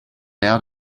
out